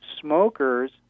smokers